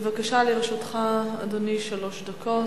בבקשה, לרשותך, אדוני, שלוש דקות.